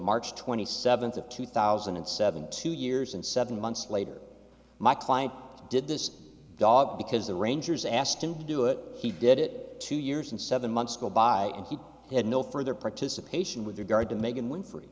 march twenty seventh of two thousand and seven two years and seven months later my client did this dog because the rangers asked him to do it he did it two years and seven months go by and he had no further participation with regard to megan winfrey